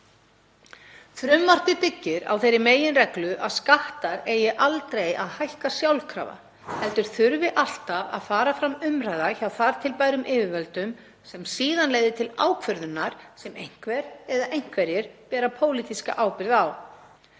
Frumvarpið byggir á þeirri meginreglu að skattar eigi aldrei að hækka sjálfkrafa, heldur þurfi alltaf að fara fram umræða hjá þar til bærum yfirvöldum sem síðan leiðir til ákvörðunar sem einhver eða einhverjir bera pólitíska ábyrgð á.